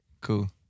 Cool